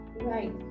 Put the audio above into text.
Right